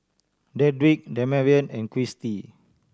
Dedric Damarion and Kristy